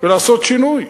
ולעשות שינוי,